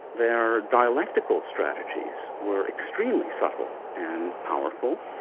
their dialectical strategies were extremely subtle and powerful,